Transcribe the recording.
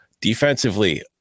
defensively